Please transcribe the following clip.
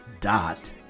dot